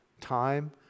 time